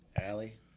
Allie